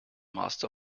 master